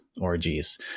orgies